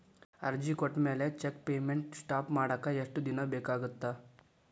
ಅರ್ಜಿ ಕೊಟ್ಮ್ಯಾಲೆ cheque payment stop ಮಾಡಾಕ ಎಷ್ಟ ದಿನಾ ಬೇಕಾಗತ್ತಾ